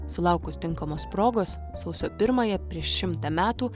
sulaukus tinkamos progos sausio pirmąją prieš šimtą metų